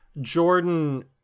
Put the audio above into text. Jordan